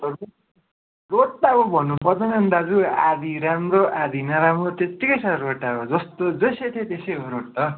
हजुर त्यो त अब भन्नु पर्दैन नि दाजु आधी राम्रो आधी नराम्रो त्यतिकै छ रोड त अब जस्तो जसो थियो त्यस्तै हो रोड त